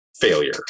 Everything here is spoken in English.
failure